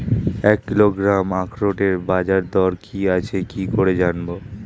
এক কিলোগ্রাম আখরোটের বাজারদর কি আছে কি করে জানবো?